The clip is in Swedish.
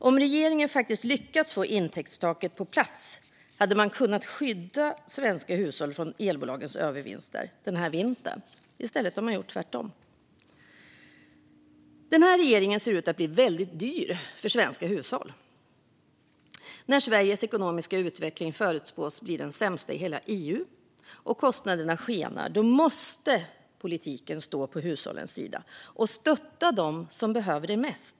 Om regeringen hade lyckats få intäktstaket på plats hade man kunnat skydda svenska hushåll från elbolagens övervinster denna vinter. I stället har man gjort tvärtom. Den här regeringen ser ut att bli väldigt dyr för svenska hushåll. När Sveriges ekonomiska utveckling förutspås bli den sämsta i hela EU och kostnaderna skenar måste politiken stå på hushållens sida och stötta dem som behöver det mest.